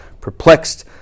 perplexed